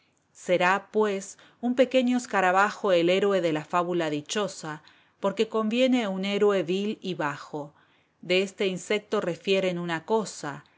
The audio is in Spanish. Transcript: será pues un pequeño escarabajo el héroe de la fábula dichosa porque conviene un héroe vil y bajo de este insecto refieren una cosa